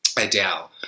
Adele